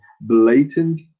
blatant